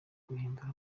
guhindura